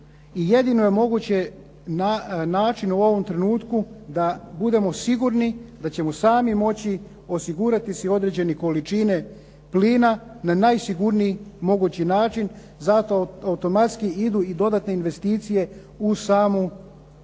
jedino je moguće način u ovom trenutku da budemo sigurni da ćemo sami moći osigurati si određene količine plina na najsigurniji mogući način. Zato automatski idu i dodatne investicije uz samu obnovu